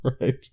Right